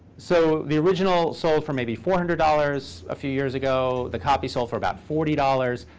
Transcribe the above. so the original sold for maybe four hundred dollars a few years ago. the copy sold for about forty dollars.